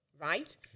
right